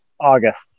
August